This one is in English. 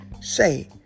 say